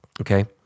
Okay